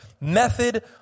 Method